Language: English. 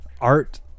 Art